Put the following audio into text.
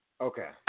Okay